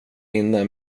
inne